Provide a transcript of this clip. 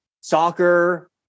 soccer